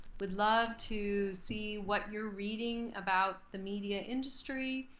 would love to see what you're reading about the media industry,